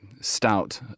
stout